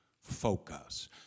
focus